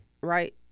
right